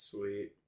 Sweet